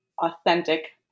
authentic